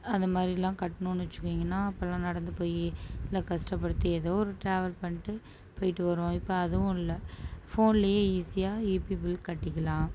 அந்த மாரிலாம் கட்டுணுன்னு வச்சுக்கிங்கன்னா அப்போலாம் நடந்து போயி நல்லா கஷ்டப்படுத்தி ஏதோ ஒரு ட்ராவல் பண்ணிட்டு போயிவிட்டு வருவோம் இப்போ அதுவும் இல்லை ஃபோன்லேயே ஈஸியாக ஈபி பில் ட்டிக்கலாம்